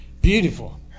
beautiful